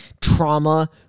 trauma